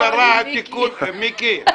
מיקי,